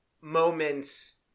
moments